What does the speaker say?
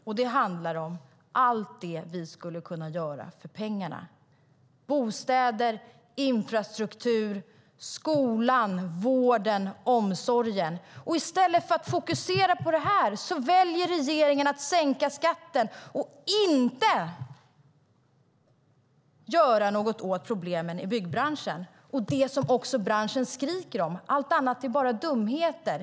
Och det handlar om allt det som vi skulle kunna använda pengarna till: bostäder, infrastruktur, skolan, vården och omsorgen. I stället för att fokusera på det här väljer regeringen att sänka skatten och inte göra något åt problemen i byggbranschen och det som också branschen skriker om. Allt annat är bara dumheter.